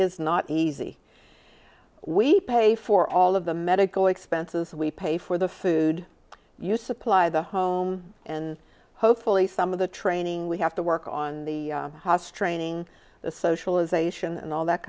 is not easy we pay for all of the medical expenses we pay for the food you supply the home and hopefully some of the training we have to work on the house training the socialization and all that